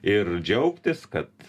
ir džiaugtis kad